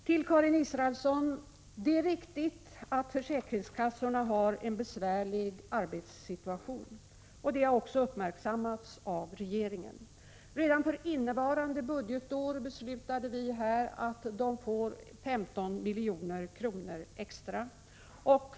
Till Karin Israelsson: Det är riktigt att försäkringskassorna har en besvärlig arbetssituation. Det har också uppmärksammats av regeringen. Redan för innevarande budgetår beslutade vi här att försäkringskassorna får 15 milj.kr. extra.